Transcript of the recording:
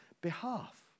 behalf